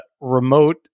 remote